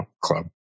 club